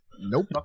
Nope